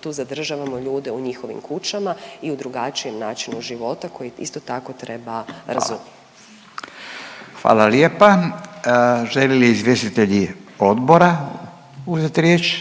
tu zadržavamo ljude u njihovim kućama i u drugačijem načinu života koji isto tako treba razumjeti. **Radin, Furio (Nezavisni)** Hvala. Hvala lijepa. Žele li izvjestitelji odbora uzeti riječ?